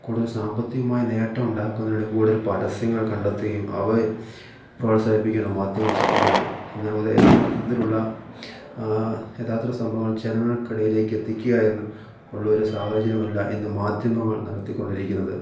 കൂടുതൽ സാമ്പത്തികമായി നേട്ടം ഉണ്ടാക്കുന്നതിനു കൂടുതൽ പരസ്യങ്ങൾ കണ്ടെത്തുകയും അവയെ പ്രോത്സാഹിപ്പിക്കുകയാണ് മാധ്യമങ്ങൾ ശ്രദ്ധിക്കുന്നത് എന്നുള്ളത് യഥാർത്ഥത്തിലുള്ള യഥാർത്ഥത്തിലുള്ള സംഭവങ്ങൾ ജനങ്ങൾക്കിടയിലേക്ക് എത്തിക്കുക എന്ന് ഉള്ളൊരു സാഹചര്യമല്ല ഇന്ന് മാധ്യമങ്ങൾ നടത്തിക്കൊണ്ടിരിക്കുന്നത്